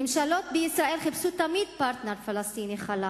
ממשלות בישראל חיפשו תמיד פרטנר פלסטיני חלש,